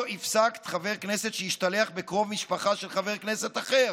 הפסקת חבר כנסת שהשתלח בקרוב משפחה של חבר כנסת אחר.